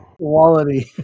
quality